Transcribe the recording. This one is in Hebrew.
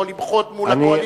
או למחות מול הקואליציה?